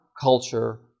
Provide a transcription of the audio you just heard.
culture